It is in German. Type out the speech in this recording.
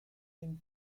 dem